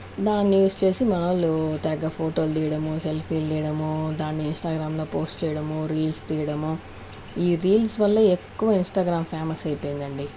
దాన్ని యూస్ చేసి మన వాళ్ళు తెగ ఫోటోలు తీయడము సెల్ఫీలు తీయడము దాన్ని ఇంస్టాగ్రాములో పోస్ట్ చేయడము రీల్స్ తీయడము ఈ రీల్స్ వల్ల ఎక్కువ ఇంస్టాగ్రామ్ ఫేమస్ అయిపోయిందండి